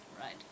right